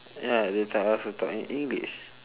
ya they tell us to talk in english